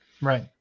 Right